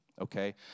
okay